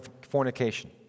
fornication